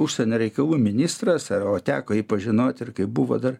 užsienio reikalų ministras ar o teko jį pažinot ir kai buvo dar